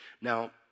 Now